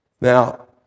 Now